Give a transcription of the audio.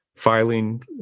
filing